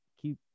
keep